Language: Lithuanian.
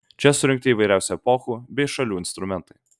čia surinkti įvairiausių epochų bei šalių instrumentai